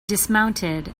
dismounted